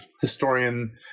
historian